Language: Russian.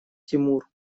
тимур